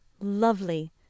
lovely